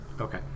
okay